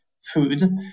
food